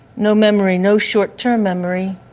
no memory, no short term memory,